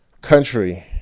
country